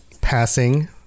Passing